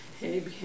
hey